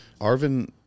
Arvin